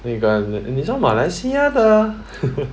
那个那个马来西亚的